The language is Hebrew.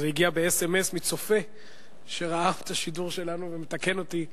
זה הגיע ב-אס.אם.אס מצופה שראה את השידור שלנו ומתקן אותי בניקוד.